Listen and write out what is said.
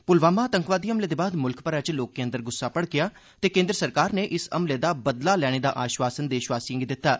पुलवामा आतंकवादी हमले दे बाद मुल्ख भरै च लोकें अंदर गुस्सा भड़केआ ते केन्द्र सरकार नै इस हमले दा बदला लैने दा आश्वासन देशवासियें गी दित्ता